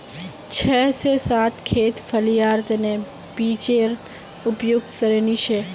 छह से सात खेत फलियार तने पीएचेर उपयुक्त श्रेणी छे